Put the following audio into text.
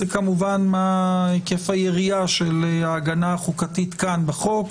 הוא כמובן מה היקף היריעה של ההגנה החוקתית כאן בחוק,